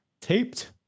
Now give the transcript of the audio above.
taped